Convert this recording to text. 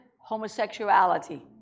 homosexuality